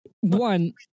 one